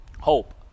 hope